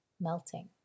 melting